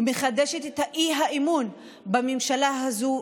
ומחדשת את האי-אמון בממשלה הזאת,